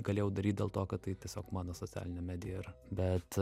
galėjau daryt dėl to kad tai tiesiog mano socialinė medija ir bet